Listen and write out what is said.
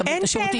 את השירותים.